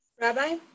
Rabbi